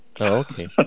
Okay